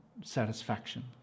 satisfaction